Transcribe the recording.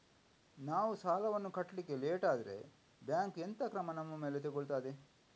ನಾವು ಸಾಲ ವನ್ನು ಕಟ್ಲಿಕ್ಕೆ ಲೇಟ್ ಆದ್ರೆ ಬ್ಯಾಂಕ್ ಎಂತ ಕ್ರಮ ನಮ್ಮ ಮೇಲೆ ತೆಗೊಳ್ತಾದೆ?